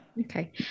okay